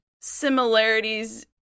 similarities